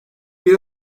bir